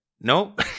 Nope